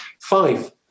Five